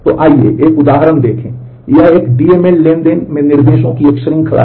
तो आइए एक उदाहरण देखें तो यह एक डीएमएल ट्रांज़ैक्शन में निर्देशों की एक श्रृंखला है